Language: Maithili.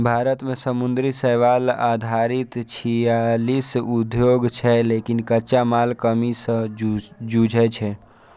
भारत मे समुद्री शैवाल आधारित छियालीस उद्योग छै, लेकिन कच्चा मालक कमी सं जूझै छै